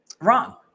wrong